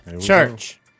church